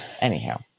Anyhow